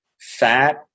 fat